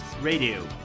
Radio